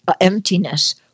emptiness